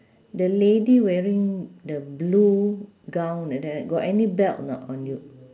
the lady wearing the blue gown like that right got any belt or not on you